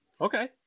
Okay